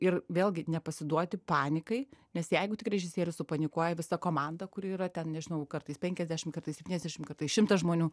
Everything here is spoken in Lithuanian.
ir vėlgi nepasiduoti panikai nes jeigu tik režisierius supanikuoja visa komanda kuri yra ten nežinau kartais penkiasdešim kartais septyniasdešim kartais šimtas žmonių